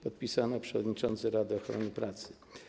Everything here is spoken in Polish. Podpisał przewodniczący Rady Ochrony Pracy.